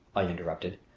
i interrupted.